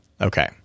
Okay